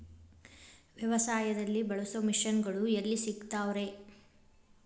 ವ್ಯವಸಾಯದಲ್ಲಿ ಬಳಸೋ ಮಿಷನ್ ಗಳು ಎಲ್ಲಿ ಸಿಗ್ತಾವ್ ರೇ?